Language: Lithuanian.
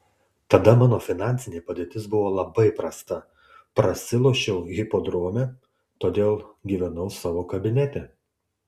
tada mano finansinė padėtis buvo labai prasta prasilošiau hipodrome todėl gyvenau savo kabinete